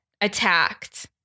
attacked